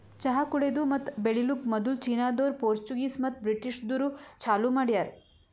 ಚಹಾ ಕುಡೆದು ಮತ್ತ ಬೆಳಿಲುಕ್ ಮದುಲ್ ಚೀನಾದೋರು, ಪೋರ್ಚುಗೀಸ್ ಮತ್ತ ಬ್ರಿಟಿಷದೂರು ಚಾಲೂ ಮಾಡ್ಯಾರ್